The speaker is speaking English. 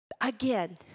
again